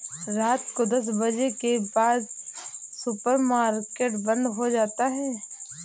रात को दस बजे के बाद सुपर मार्केट बंद हो जाता है